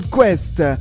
Quest